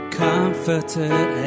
comforted